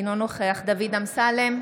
אינו נוכח דוד אמסלם,